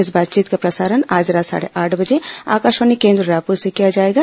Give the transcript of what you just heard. इस बातचीत का प्रसारण आज रात साढ़े आठ बजे आकाशवाणी केन्द्र रायपुर से किया जाएगा